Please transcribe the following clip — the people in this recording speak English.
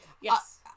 yes